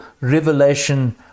revelation